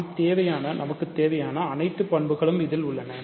நாம் தேவையான அனைத்து பண்புகளும் இதில் உள்ளன